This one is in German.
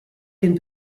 den